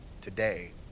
today